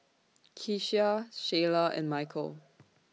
Keshia Shiela and Mykel